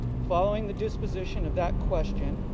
following the disposition of that question,